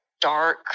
dark